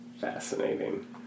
Fascinating